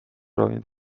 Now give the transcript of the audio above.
ravimid